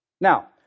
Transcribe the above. Now